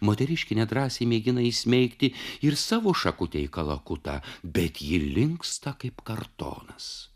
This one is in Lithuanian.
moteriškė nedrąsiai mėgina įsmeigti ir savo šakutę į kalakutą bet ji linksta kaip kartonas